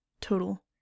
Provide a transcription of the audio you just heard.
Total